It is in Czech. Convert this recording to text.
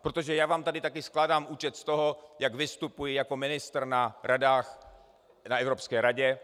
Protože já vám tady taky skládám účet z toho, jak vystupuji jako ministr na radách, na Evropské radě.